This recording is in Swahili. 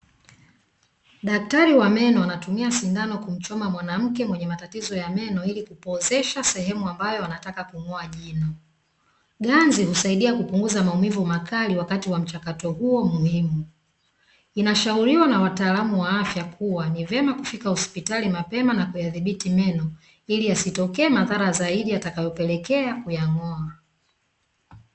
Daktari wa meno anatumia sindano kumchoma mwanamke mwenye matatizo ya meno ili kupoozesha sehemu ambayo anataka kumng’oa jino. Ganzi husaidia kupunguza maumivu makali wakati wa mchakato huo muhimu, inashauriwa na wataalmu wa afya kuwa ni vyema kufika hospitali mapema na kuyadhibiti meno ili yasitokee madhara zaidi yatakayopelekea kuyang’oa.